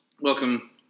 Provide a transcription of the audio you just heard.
welcome